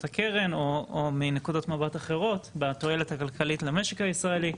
הקרן או מנקודות מבט אחרות בתועלת הכלכלית למשק הישראלי?